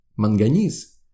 Manganese